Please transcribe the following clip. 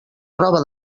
roba